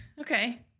Okay